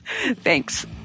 Thanks